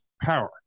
power